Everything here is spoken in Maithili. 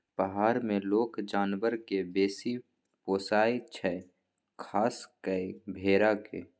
पहार मे लोक जानबर केँ बेसी पोसय छै खास कय भेड़ा केँ